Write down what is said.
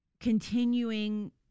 continuing